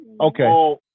Okay